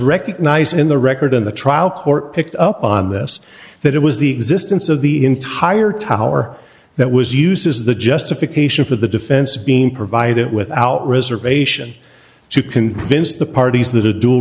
recognized in the record and the trial court picked up on this that it was the existence of the entire tower that was used is the justification for the defense being provided without reservation to convince the parties that